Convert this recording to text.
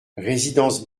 résidence